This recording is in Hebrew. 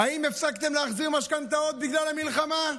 האם הפסקתם להחזיר משכנתאות בגלל המלחמה?